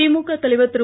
திமுகதலைவர்திரு